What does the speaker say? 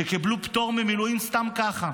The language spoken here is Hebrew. שקיבלו פטור ממילואים סתם ככה,